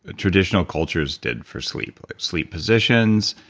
ah traditional cultures did for sleep sleep positions,